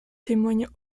témoignent